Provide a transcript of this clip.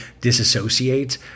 disassociate